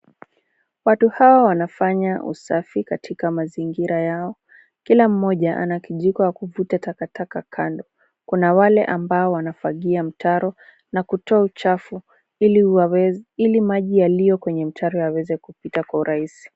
Watu hawa wanafanya usafi katika mazingira yao. Kila mmoja ana kijiko cha kuvuta takataka kando. Kuna wale ambao wanafagia mtaro na kutoa uchafu ili maji yaliyo kwenye mtaro yaweze kupita kwa urahisi.